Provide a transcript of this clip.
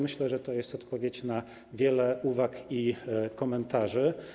Myślę, że to jest odpowiedź na wiele uwag i komentarzy.